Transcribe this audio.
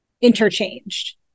interchanged